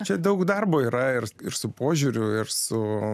čia daug darbo yra ir ir su požiūriu ir su